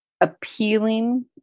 appealing